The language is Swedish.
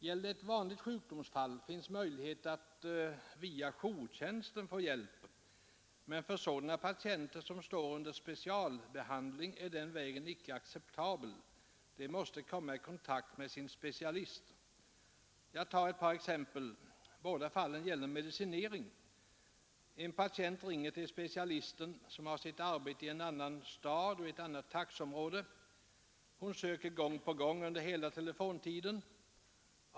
Gäller det ett vanligt sjukdomsfall, finns det möjlighet att få hjälp via jourtjänsten, men för patienter som står under specialbehandling är den vägen icke acceptabel. De måste komma i kontakt med sin specialist. Jag tar ett par exempel. Fallen gäller medicinering. En patient ringer till specialisten, som har sitt arbete i en annan stad och ett annat taxeområde. Hon söker gång på gång under hela telefontiden.